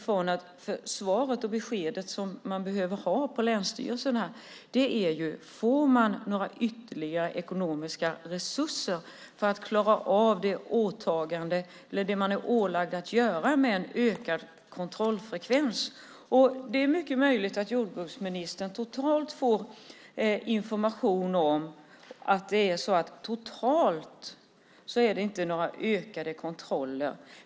Det svar och det besked man behöver ha på länsstyrelserna gäller om de får några ytterligare ekonomiska resurser för att klara av det de är ålagda att göra med en ökad kontrollfrekvens. Det är mycket möjligt att jordbruksministern får information om att det totalt inte är några ökade kontroller.